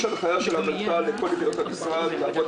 יש הנחיה של המנכ"ל לכל יחידות המשרד לעבוד